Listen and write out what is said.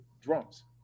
drums